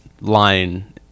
line